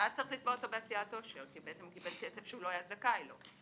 ואז צריך לתבוע אותו --- כי בעצם הוא קיבל כסף שהוא לא היה זכאי לו,